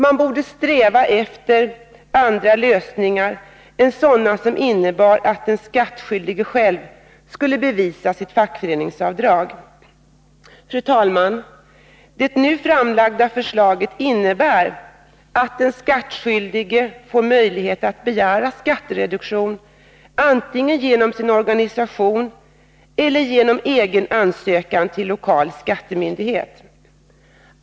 Man borde sträva efter andra lösningar än sådana som innebar att den skattskyldige själv skulle bevisa sin fackföreningsavgift. Fru talman! Det nu framlagda förslaget innebär att den skattskyldige får möjlighet att begära skattereduktion antingen genom sin organisation eller genom egen ansökan till lokal skattemyndighet.